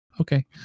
okay